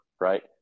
Right